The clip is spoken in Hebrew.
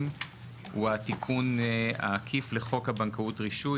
הוא התיקון העקיף לחוק הבנקאות רישוי,